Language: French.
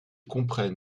comprennent